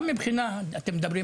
גם ברמה